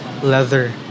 leather